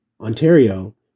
Ontario